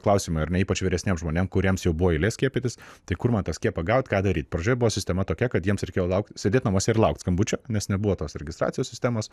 klausimai ar ne ypač vyresniem žmonėm kuriems jau buvo eilė skiepytis tai kur man tą skiepą gaut ką daryt pradžioje buvo sistema tokia kad jiems reikėjo laukt sėdėt namuose ir laukt skambučio nes nebuvo tos registracijos sistemos